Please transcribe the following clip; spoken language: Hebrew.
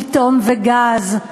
שלטון וגז,